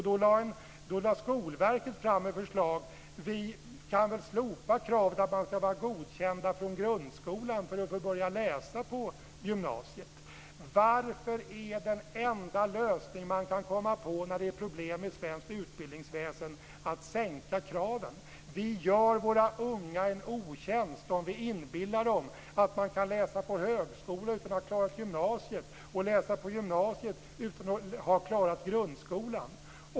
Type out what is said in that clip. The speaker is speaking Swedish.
Då lade Skolverket fram ett förslag: Vi kan väl slopa kravet att eleverna ska vara godkända från grundskolan för att få börja läsa på gymnasiet. Varför är den enda lösning man kan komma på när det är problem i svenskt utbildningsväsende att sänka kraven? Vi gör våra unga en otjänst om vi inbillar dem att man kan läsa på högskolan utan att ha klarat gymnasiet och läsa på gymnasiet utan att ha klarat grundskolan.